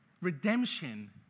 Redemption